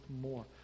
more